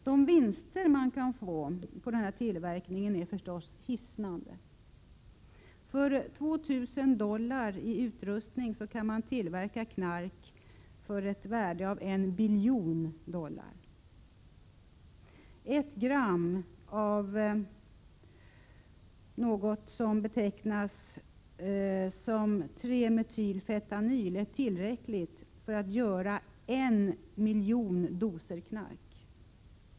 De vinster man kan få på denna tillverkning är givetvis hisnande. För 2 000 dollar i utrustning kan man tillverka knark till ett värde av 1 biljon dollar. 1 gram av något som betecknas som 3-metyl-fentanyl är tillräckligt för att göra 1 miljon doser knark.